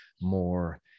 more